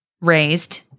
raised